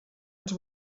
ens